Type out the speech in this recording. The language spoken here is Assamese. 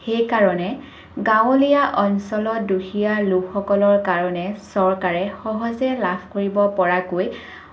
সেইকাৰণে গাঁৱলীয়া অঞ্চলত দুখীয়া লোকসকলৰ কাৰণে চৰকাৰে সহজে লাভ কৰিব পৰাকৈ